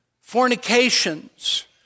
Fornications